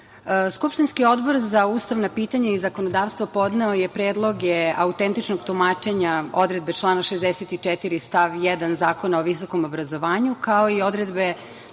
skupštinski Odbor za ustavna pitanja i zakonodavstvo podneo je predlog autentičnog tumačenja odredbe člana 64. stav 1. Zakona o visokom obrazovanju, kao i odredbe